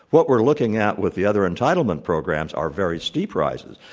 what we're looking at with the other entitlement programs are very steep rises.